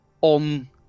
on